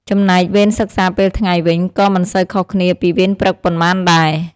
ចំណែកវេនសិក្សាពេលថ្ងៃវិញ ក៏មិនសូវខុសគ្នាពីវេនព្រឹកប៉ុន្មានដែរ។